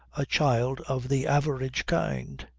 a child of the average kind.